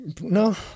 No